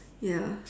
ya